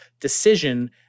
decision